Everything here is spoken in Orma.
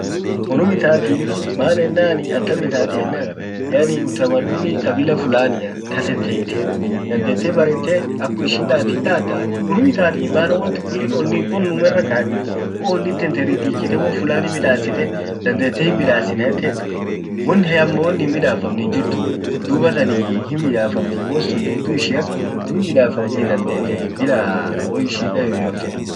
unnum ittati maan ennan attam itattii ennan yaani utamaduni kabila fulania tatante hiitein dandete barrete ak ishin dat hindatta unum itatii maana won tan kullin onni onummira katii wonnin tente ridhikite middasite dandete himmidasina etet won heambo won himmidafamn hinjirtuu dubattan himmidafamtii won sun dudu ishian unnum midafamtii bila aa wou shidda yoyote.